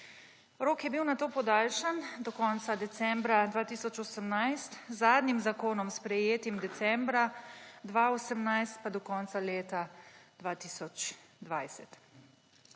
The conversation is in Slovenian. Rok je bil nato podaljšan do konca decembra 2018, z zadnjim zakonom, sprejetim decembra 2018, pa do konca leta 2020.